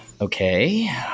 Okay